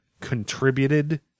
contributed